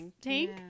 tank